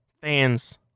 fans